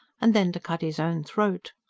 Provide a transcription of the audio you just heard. and then to cut his own throat.